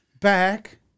back